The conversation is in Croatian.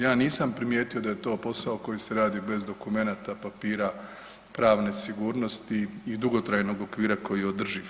Ja nisam primijetio da je to posao koji se radi bez dokumenata, papira, pravne sigurnosti i dugotrajnog okvira koji je održiv.